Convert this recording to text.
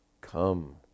come